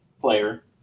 player